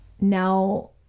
Now